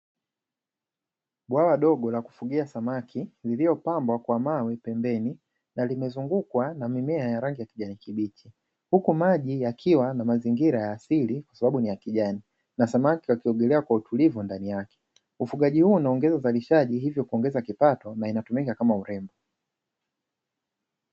Bwawa dogo la kufugia samaki lililopambwa kwa mawe pembeni na limezungukwa na mimea ya rangi ya kijani kibichi, huku maji yakiwa na mazingira ya asili kwa sababu ni ya kijani, na samaki wakiogelea kwa utulivu ndani yake, ufugaji huu unaongeza uzalishaji, hivyo huongeza kipato na inatumika kama urembo.